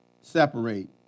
separate